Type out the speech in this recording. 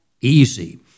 easy